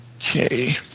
Okay